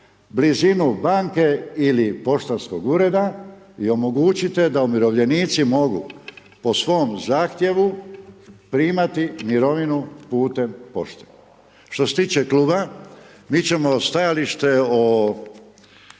blizinu banke ili poštanskog ureda i omogućite da umirovljenici mogu po svom zahtjevu primati mirovinu putem pošte. Što se tiče kluba, mi ćemo stajalište o